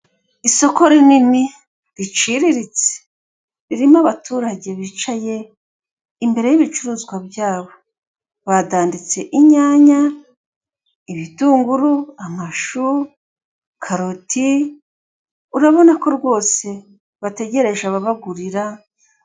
Isoko rinini riciriritse ririmo abaturage bicaye imbere y'ibicuruzwa byabo, badanditse inyanya, ibitunguru, amashu, karoti, urabona ko rwose bategereje ababagurira.